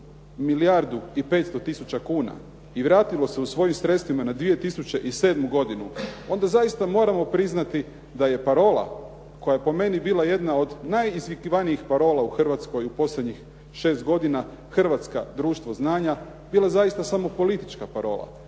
milijardu i 500 tisuća kuna i vratilo se u svojim sredstvima na 2007. godinu, onda zaista moramo priznati da je parola koja je po meni bila jedna od najizvikivanijih parola u Hrvatskoj u posljednjih 6 godina Hrvatska društvo znanja, bila zaista samo politička parola,